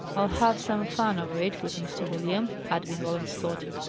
i'll have some fun over it with mr. william, had been roland's thought.